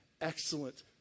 excellent